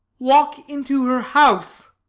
walk into her house.